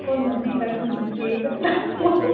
ꯀꯣꯟꯅꯗꯤ ꯅꯪꯁꯨ ꯖꯤ ꯀꯦ ꯈꯔ ꯇꯝꯃꯣ